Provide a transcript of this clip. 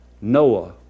Noah